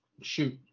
Shoot